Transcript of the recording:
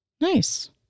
Nice